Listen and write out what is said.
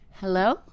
Hello